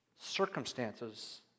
Circumstances